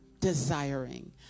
desiring